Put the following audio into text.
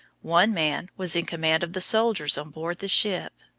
one man was in command of the soldiers on board the ship,